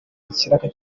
ikiraka